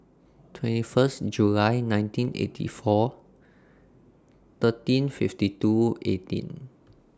twenty First July nineteen eighty four thirteen fifty two eighteen